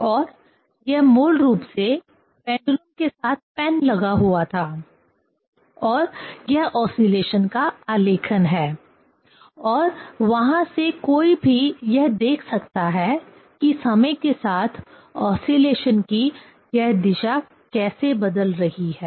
और यह मूल रूप से पेंडुलम के साथ पेन लगा हुआ था और यह ओसीलेशन का आलेखन है और वहां से कोई भी यह देख सकता है कि समय के साथ ओसीलेशन की यह दिशा कैसे बदल रही है